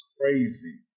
crazy